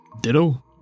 ditto